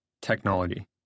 Technology